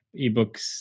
eBooks